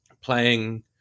playing